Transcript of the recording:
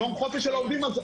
יום חופש של העובדים הזרים.